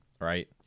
right